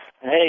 hey